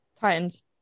Titans